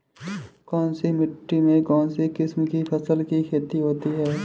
कौनसी मिट्टी में कौनसी किस्म की फसल की खेती होती है?